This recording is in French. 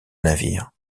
navire